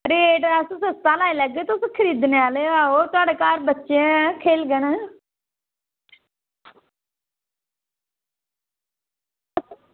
rate अस सस्ता लाई लैगे तुस खरीदने आह्ले ओ थुआढ़े घर बच्चे हैन ओह् खेलङन